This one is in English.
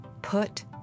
Put